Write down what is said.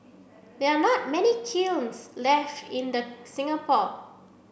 there are not many kilns left in the Singapore